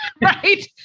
Right